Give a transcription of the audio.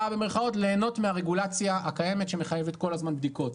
במרכאות ליהנות מהרגולציה הקיימת שמחייבת כל הזמן בדיקות.